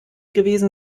gewesen